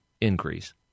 increase